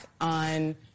on